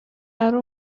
ari